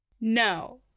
No